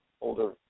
older